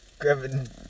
Kevin